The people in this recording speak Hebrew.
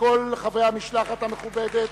וכל חברי המשלחת המכובדת,